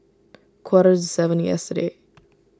quarters seven yesterday